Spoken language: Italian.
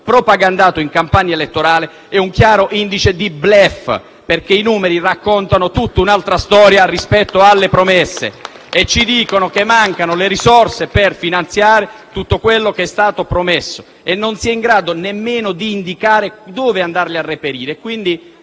propagandato in campagna elettorale, è un chiaro indice di *bluff*, perché i numeri raccontano tutta un'altra storia rispetto alle promesse. *(Applausi dal Gruppo FI-BP)*. Ci dicono che mancano le risorse per finanziare tutto quanto è stato promesso e non si è in grado nemmeno di indicare dove andarle a reperire.